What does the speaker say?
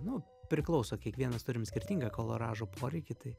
nu priklauso kiekvienas turim skirtingą koloražo poreikį tai